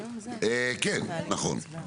כן, נכון.